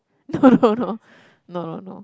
no no no no no no